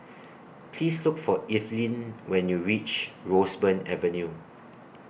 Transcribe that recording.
Please Look For Eveline when YOU REACH Roseburn Avenue